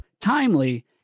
timely